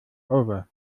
over